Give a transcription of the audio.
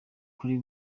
muri